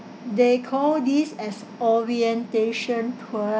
they call this as orientation tour